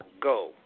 Go